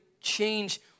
change